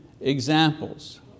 examples